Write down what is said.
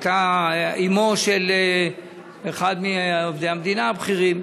שהייתה אמו של אחד מעובדי המדינה הבכירים,